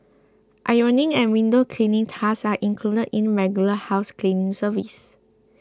ironing and window cleaning tasks are included in regular house cleaning service